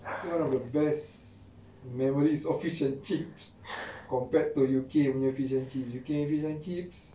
I think one of the best memories of fish and chips compared to U_K punya fish and chips U_K fish and chips